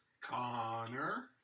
Connor